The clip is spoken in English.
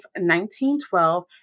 1912